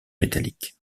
métallique